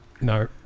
no